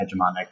hegemonic